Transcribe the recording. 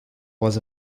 was